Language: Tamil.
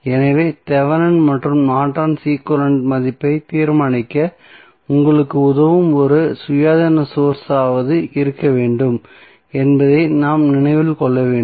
எனவே தெவெனின் மற்றும் நார்டன்ஸ் ஈக்வலன்ட் மதிப்பை தீர்மானிக்க உங்களுக்கு உதவும் ஒரு சுயாதீன சோர்ஸ் ஆவது இருக்க வேண்டும் என்பதை நாம் நினைவில் கொள்ள வேண்டும்